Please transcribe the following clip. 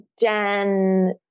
Jen